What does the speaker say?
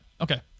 okay